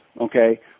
okay